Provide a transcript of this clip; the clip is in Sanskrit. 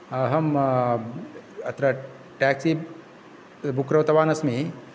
अहम् अत्र टेक्सी बुक् कृतवान् अस्मि